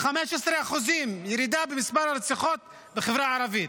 15% ירידה במספר הרציחות בחברה הערבית.